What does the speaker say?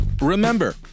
Remember